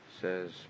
Says